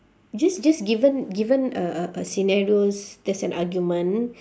just just given given a a a scenarios there's an argument